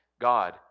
God